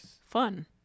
fun